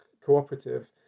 cooperative